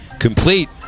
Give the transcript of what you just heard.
complete